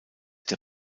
der